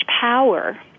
power